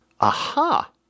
Aha